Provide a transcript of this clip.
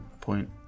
Point